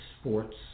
sports